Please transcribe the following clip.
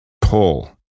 pull